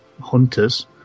Hunters